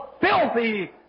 filthy